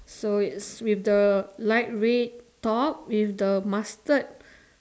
so is with the light red talk with the mustard